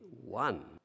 one